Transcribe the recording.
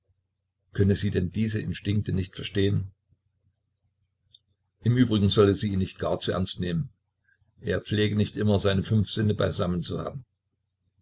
könne sie denn diese instinkte nicht verstehen im übrigen solle sie ihn nicht gar zu ernst nehmen er pflege nicht immer seine fünf sinne